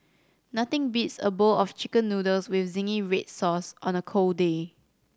nothing beats a bowl of Chicken Noodles with zingy red sauce on a cold day